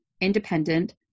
independent